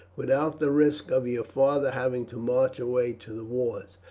without the risk of your father having to march away to the wars.